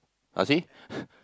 ah see